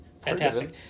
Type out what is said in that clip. fantastic